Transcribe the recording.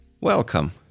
Welcome